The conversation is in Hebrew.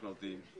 משמעותיים.